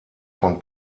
von